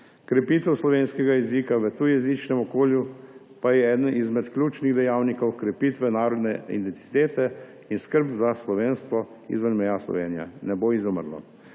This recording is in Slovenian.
Krepitev slovenskega jezika v tujejezičnem okolju pa je eden izmed ključnih dejavnikov krepitve narodne identitete in skrb za slovenstvo izven meja Slovenije ne bo izumrlo.